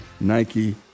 Nike